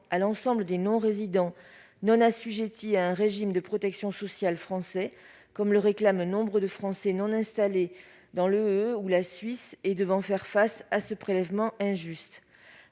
à l'ensemble des non-résidents non assujettis à un régime de protection sociale français, comme le réclament nombre de Français non installés dans l'Espace économique européen ou en Suisse et devant faire face à ce prélèvement injuste.